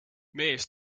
mees